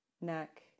neck